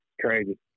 crazy